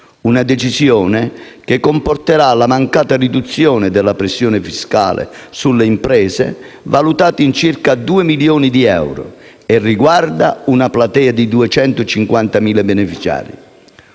una decisione che comporterà la mancata riduzione della pressione fiscale sulle imprese, valutata in circa 2 miliardi di euro, che riguarda una platea di 250.000 beneficiari;